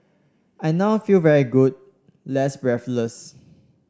I now feel very good less breathless